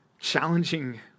challenging